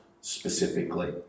specifically